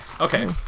okay